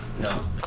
No